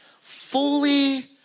Fully